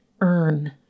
earn